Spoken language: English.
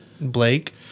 Blake